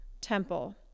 temple